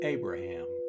Abraham